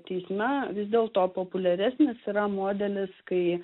teisme vis dėlto populiaresnis yra modelis kai